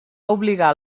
obligar